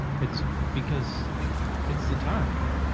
it's because it's the time,